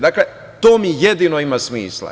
Dakle, to mi jedino ima smisla.